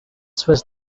swiss